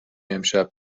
امشب